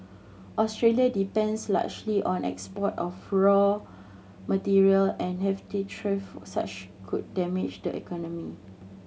Australia depends largely on the export of raw material and heftier such could damage the economy